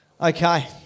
Okay